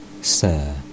Sir